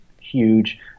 huge